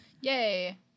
Yay